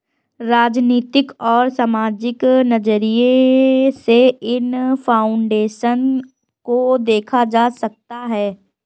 राजनीतिक और सामाजिक नज़रिये से इन फाउन्डेशन को देखा जा सकता है